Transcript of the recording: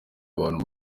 abantu